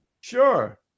Sure